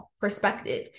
perspective